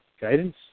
guidance